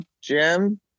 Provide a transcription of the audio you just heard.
Jim